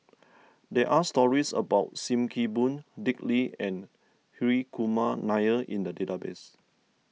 there are stories about Sim Kee Boon Dick Lee and Hri Kumar Nair in the database